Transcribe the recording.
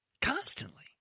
constantly